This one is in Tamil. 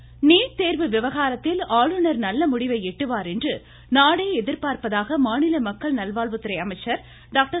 விஜயபாஸ்கர் நீட் தேர்வு விவகாரத்தில் ஆளுநர் நல்ல முடிவை எட்டுவார் என்று நாடே எதிர்பார்ப்பதாக மாநில மக்கள் நல்வாழ்வுத்துறை அமைச்சர் டாக்டர்